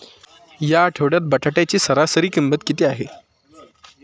या आठवड्यात बटाट्याची सरासरी किंमत किती आहे?